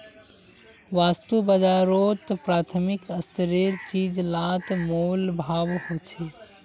वास्तु बाजारोत प्राथमिक स्तरेर चीज़ लात मोल भाव होछे